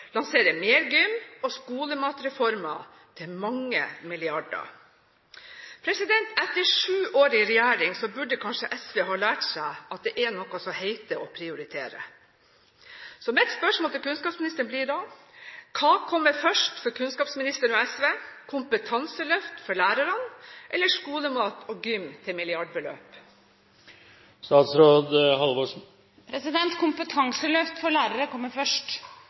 lanserer mer gym og skolematreformer til mange milliarder. Etter sju år i regjering burde kanskje SV har lært seg at det er noe som heter å prioritere. Mitt spørsmål til kunnskapsministeren blir da: Hva kommer først for kunnskapsministeren og SV: kompetanseløft for lærerne eller skolemat og gym til milliardbeløp? Kompetanseløft for lærerne kommer først.